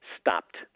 stopped